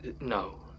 No